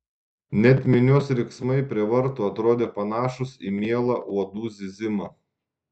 net minios riksmai prie vartų atrodė panašūs į mielą uodų zyzimą